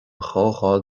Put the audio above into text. chomhdháil